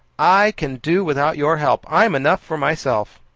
i can do without your help. i'm enough for myself.